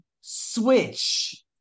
switch